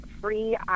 free